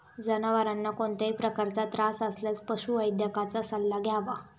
जनावरांना कोणत्याही प्रकारचा त्रास असल्यास पशुवैद्यकाचा सल्ला घ्यावा